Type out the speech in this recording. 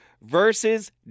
versus